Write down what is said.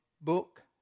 book